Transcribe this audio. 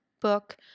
book